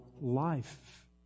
life